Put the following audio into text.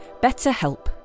BetterHelp